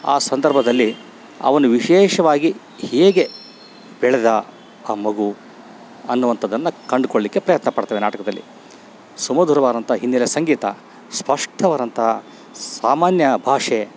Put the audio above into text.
ಆ ಸಂದರ್ಭದಲ್ಲಿ ಅವನು ವಿಶೇಷವಾಗಿ ಹೇಗೆ ಬೆಳೆದ ಆ ಮಗು ಅನ್ನುವಂಥದನ್ನ ಕಂಡುಕೊಳ್ಳಿಕ್ಕೆ ಪ್ರಯತ್ನ ಪಡ್ತದೆ ನಾಟಕದಲ್ಲಿ ಸುಮಧುರವಾದಂಥ ಹಿನ್ನೆಲೆ ಸಂಗೀತ ಸ್ಪಷ್ಟವಾದಂಥ ಸಾಮಾನ್ಯ ಭಾಷೆ